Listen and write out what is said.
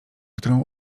którą